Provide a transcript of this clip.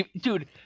Dude